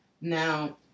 Now